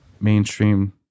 mainstream